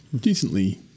Decently